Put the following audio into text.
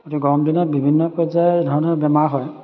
গতিকে গৰম দিনত বিভিন্ন পৰ্যায়ৰ ধৰণৰ বেমাৰ হয়